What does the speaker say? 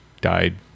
died